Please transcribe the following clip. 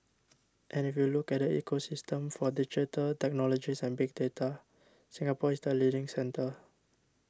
and if you look at the ecosystem for digital technologies and big data Singapore is the leading centre